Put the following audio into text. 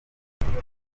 nabonye